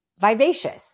Vivacious